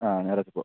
ആ അന്നേ വെക്കുവാ